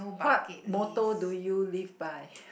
what motor do you leave by